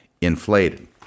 inflated